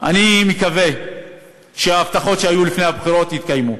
אני מקווה שההבטחות שהיו לפני הבחירות יתקיימו.